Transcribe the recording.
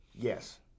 Yes